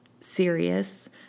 serious